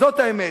זאת האמת.